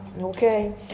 Okay